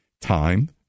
time